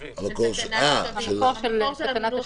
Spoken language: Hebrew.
המקור של תקנת השבים.